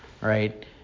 right